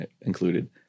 included